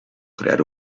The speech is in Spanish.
crear